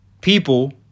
People